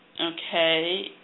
Okay